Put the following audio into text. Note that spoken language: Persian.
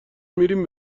میریم